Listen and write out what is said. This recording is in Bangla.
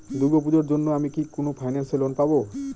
দূর্গা পূজোর জন্য আমি কি কোন ফাইন্যান্স এ লোন পাবো?